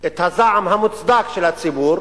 את הזעם המוצדק של הציבור